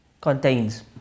contains